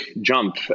jump